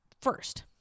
first